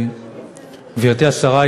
גברתי השרה,